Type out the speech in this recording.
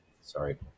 sorry